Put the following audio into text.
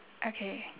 okay